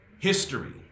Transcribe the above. history